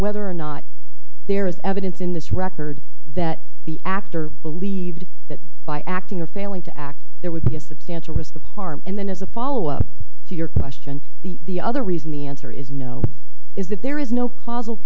whether or not there is evidence in this record that the actor believed that by acting or failing to act there would be a substantial risk of harm and then as a follow up to your question the other reason the answer is no is that there is no causal